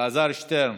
אלעזר שטרן,